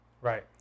Right